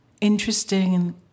interesting